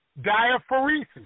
diaphoresis